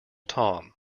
tom